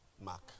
Mark